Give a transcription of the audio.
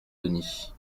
denis